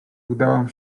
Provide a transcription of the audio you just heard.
udałam